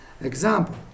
example